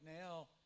now